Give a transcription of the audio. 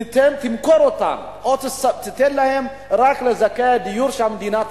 תמכור אותן או תיתן רק לזכאי הדיור שהמדינה תקבע.